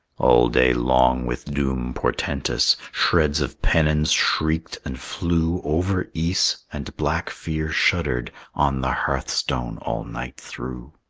all day long with doom portentous, shreds of pennons shrieked and flew over ys and black fear shuddered on the hearthstone all night through.